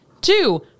Two